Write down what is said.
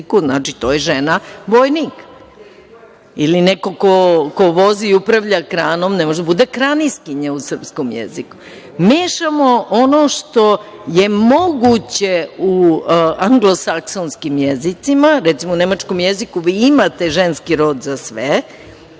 jeziku. To je žena vojnik ili neko ko vozi i upravlja kranom ne može da bude kraniskinja u srpskom jeziku.Mešamo ono što je moguće u anglosaksonskim jezicima. Recimo, u nemačkom jeziku imate ženski rod za sve,